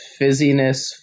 fizziness